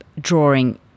drawing